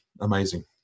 amazing